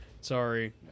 sorry